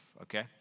okay